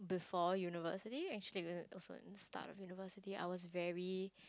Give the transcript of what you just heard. before university actually start of university I was very